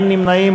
אין נמנעים,